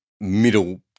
middle